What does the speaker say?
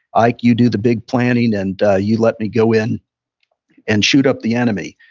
ike, you do the big planning, and you let me go in and shoot up the enemy.